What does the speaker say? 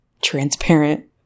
transparent